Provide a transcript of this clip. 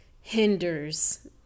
hinders